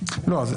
--- לא,